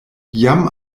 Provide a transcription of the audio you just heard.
jam